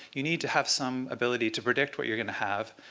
you need to have some ability to predict what you're going to have,